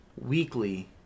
weekly